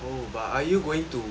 oh but are you going to